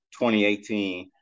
2018